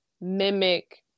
mimic